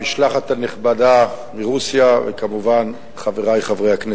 המשלחת הנכבדה מרוסיה וכמובן חברי חברי הכנסת,